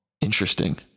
Interesting